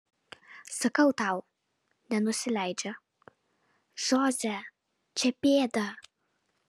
sakau tau nenusileidžia žoze čia pėda